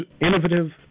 innovative